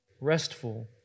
restful